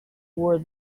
war